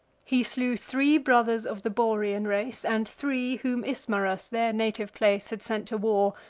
he slew three brothers of the borean race, and three, whom ismarus, their native place, had sent to war,